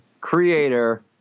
creator